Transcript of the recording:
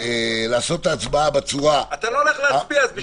לעשות את ההצבעה בצורה המפוצלת,